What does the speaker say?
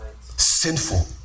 sinful